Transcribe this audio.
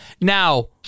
Now